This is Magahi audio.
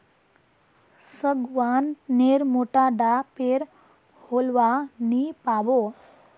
सागवान नेर मोटा डा पेर होलवा नी पाबो